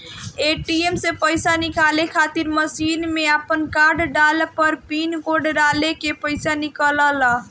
ATM से पईसा निकाले खातिर मशीन में आपन कार्ड डालअ अउरी पिन कोड डालके पईसा निकाल लअ